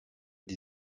die